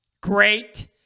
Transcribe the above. great